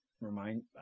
remind-